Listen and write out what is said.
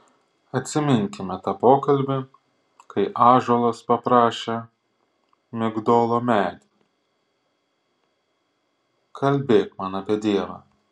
atsiminkime tą pokalbį kai ąžuolas paprašė migdolo medį kalbėk man apie dievą